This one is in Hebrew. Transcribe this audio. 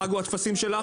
פגו הטפסים שלך,